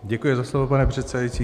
Děkuji za slovo, pane předsedající.